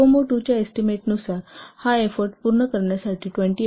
COCOMO II च्या एस्टीमेटनुसार हा एफोर्ट पूर्ण करण्यासाठी 28